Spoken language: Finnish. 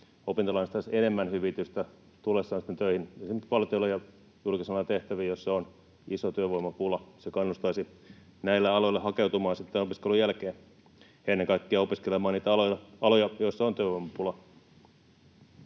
opintolainasta saisi enemmän hyvitystä tullessaan töihin esimerkiksi valtiolle ja julkisalan tehtäviin, joissa on iso työvoimapula. Se kannustaisi näille aloille hakeutumaan sitten opiskelun jälkeen ja ennen kaikkea opiskelemaan niitä aloja, joilla on työvoimapula.